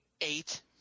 Eight